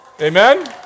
Amen